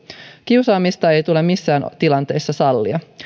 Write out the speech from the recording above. kiusaamista ei tule missään tilanteessa sallia